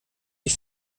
die